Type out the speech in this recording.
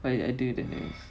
I I do that move